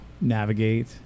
navigate